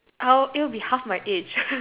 how it will be half my age